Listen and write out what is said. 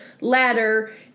ladder